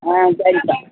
ஆ சரிப்பா